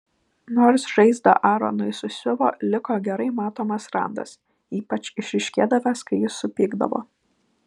nors žaizdą aronui susiuvo liko gerai matomas randas ypač išryškėdavęs kai jis supykdavo